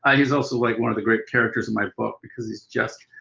ah he's also like one of the great characters in my book, because he's just